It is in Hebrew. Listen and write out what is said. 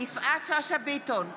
יפעת שאשא ביטון,